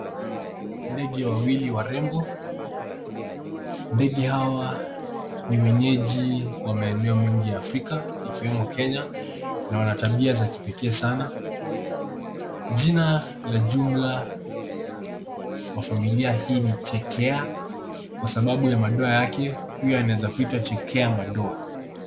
Mbegi wawili warembo. Mbegi hawa ni wenyeji wa maeneo mengi ya Afrika ikiwemo Kenya na wana tabia za kipekee sana. Jina la jumla wa familia hii ni chekea kwa sababu ya madoa yake huwa wanaeza kuitwa chekea madoa.